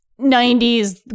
90s